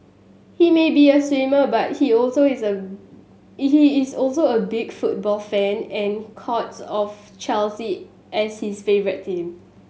he may be a swimmer but he is also is a he is also a big football fan and counts of Chelsea as his favourite team